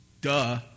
Duh